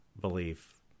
belief